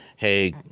hey